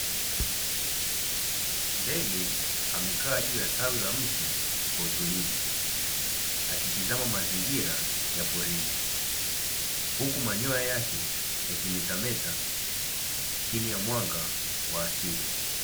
Ndege amekaa juu ya tawi la mti kwa utulivu akitizama mazingira ya porini huku manyoya yake yakimetemeta chini ya mwanga wa asili.